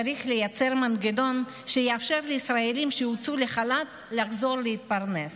צריך לייצר מנגנון שיאפשר לישראלים שהוצאו לחל"ת לחזור להתפרנס,